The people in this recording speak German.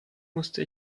musste